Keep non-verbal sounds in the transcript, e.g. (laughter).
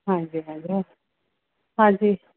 ਹਾਂਜੀ (unintelligible) ਹਾਂਜੀ